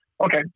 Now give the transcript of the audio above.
Okay